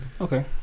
Okay